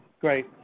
Great